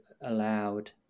allowed